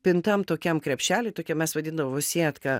pintam tokiam krepšely tokie mes vadindavom sietka